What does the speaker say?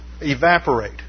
evaporate